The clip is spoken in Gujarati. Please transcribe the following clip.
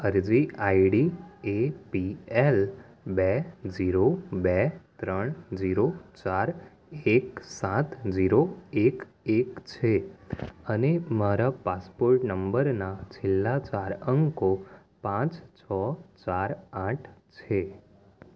અરજી આઈડી એ પી એલ બે ઝીરો બે ત્રણ ઝીરો ચાર એક સાત ઝીરો એક એક છે અને મારા પાસપોર્ટ નંબરના છેલ્લા ચાર અંકો પાંચ છ ચાર આઠ છે